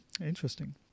Interesting